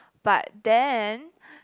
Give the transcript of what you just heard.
but then